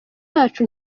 yacu